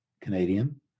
Canadian